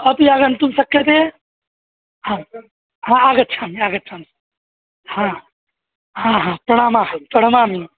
अपि आगन्तुं सक्यते आगच्छामि आगच्छामि प्रणामः प्रणमामि